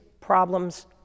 problems